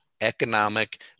economic